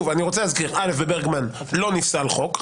אני רוצה להזכיר, א', בברגמן לא נפסל חוק.